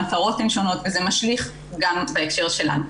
המטרות הן שונות וזה משליך גם בהקשר שלנו.